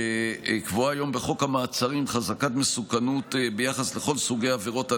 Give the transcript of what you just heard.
שקבועה היום בחוק המעצרים חזקת מסוכנות ביחס לכל סוגי עבירות הנשק,